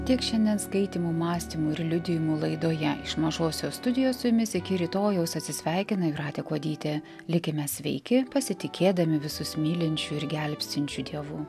tiek šiandien skaitymų mąstymų ir liudijimų laidoje iš mažosios studijos su jumis iki rytojaus atsisveikina jūratė kuodytė likime sveiki pasitikėdami visus mylinčiu ir gelbstinčiu dievu